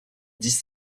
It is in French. dix